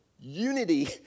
unity